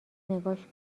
نگاش